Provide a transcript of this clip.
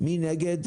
מי נגד?